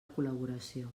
col·laboració